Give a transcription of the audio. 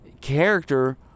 Character